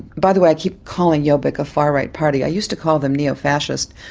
by the way, i keep calling jobbik a far-right party, i used to call them neofascist,